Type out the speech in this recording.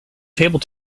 table